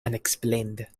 unexplained